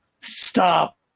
Stop